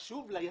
חשוב ליזמים,